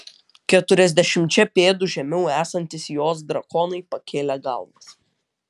keturiasdešimčia pėdų žemiau esantys jos drakonai pakėlė galvas